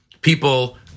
people